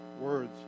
words